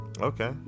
Okay